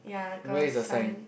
where is the sign